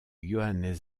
johannes